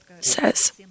says